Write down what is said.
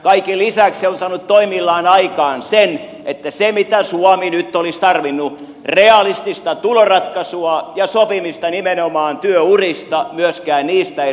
kaiken lisäksi se on saanut toimillaan aikaan sen että myöskään niistä mitä suomi nyt olisi tarvinnut realistinen tuloratkaisu ja sopiminen nimenomaan työurista ei ratkaisuja ole syntynyt